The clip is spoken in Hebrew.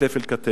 כתף אל כתף,